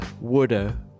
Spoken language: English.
woulda